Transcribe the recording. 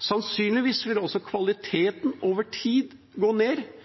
Sannsynligvis vil også